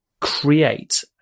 create